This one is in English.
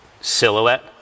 silhouette